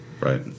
right